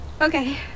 Okay